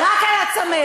רק על הצמרת.